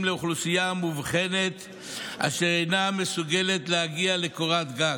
לאוכלוסייה מובחנת אשר אינה מסוגלת להגיע לקורת גג,